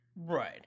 Right